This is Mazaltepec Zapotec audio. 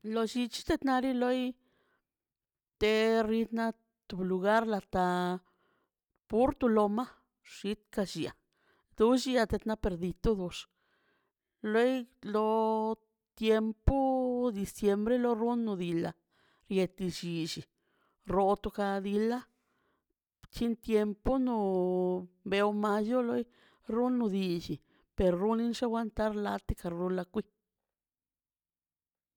Lo llichi tenar loi te rit na tub lugar nata por tu loma xitga llia to lliato nat perdit todox loi lo lo tiempo diciembre lo runo bila yeti llichi roto ka diila bchin tiempo no beo mayo loi runo dilli perruni lla aguantar la ti ka rula ka